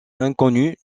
inconnues